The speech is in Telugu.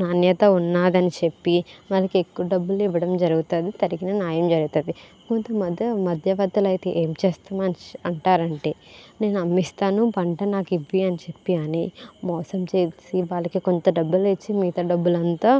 నాణ్యత ఉన్నాదని చెప్పి మనకు ఎక్కువ డబ్బులు ఇవ్వడం జరుగుతుంది తగిన న్యాయం జరుగుతుంది కొంతమంది మధ్యవర్తులు అయితే ఏం చేస్తాం అంటారంటే నేను అమ్మిస్తాను పంట నాకు ఇప్పి అని చెప్పి అని మోసం చేసి వాళ్ళకి కొంత డబ్బులు ఇచ్చి మిగతా డబ్బులు అంతా